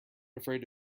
afraid